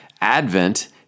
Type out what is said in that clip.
Advent